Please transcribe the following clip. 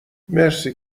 مرسی